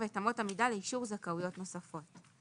ואת אמות המידה לאישור זכאויות נוספות.